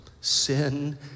sin